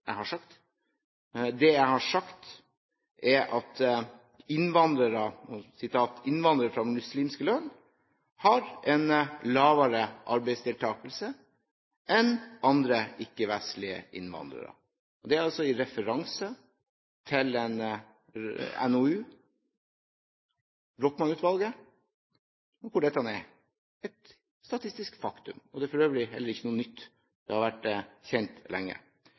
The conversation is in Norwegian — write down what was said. til det jeg har sagt. Det jeg har sagt, er at innvandrere fra muslimske land har en lavere arbeidsdeltakelse enn andre ikke-vestlige innvandrere. Og det er altså i referanse til en NOU, fra Brochmann-utvalget, hvor dette er et statistisk faktum. Det er for øvrig heller ikke noe nytt; det har vært kjent lenge.